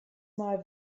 mal